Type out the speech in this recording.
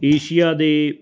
Asia ਦੇ